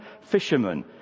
fishermen